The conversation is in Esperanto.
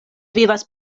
vivas